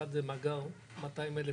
אחד הוא מאגר מאתיים אלף,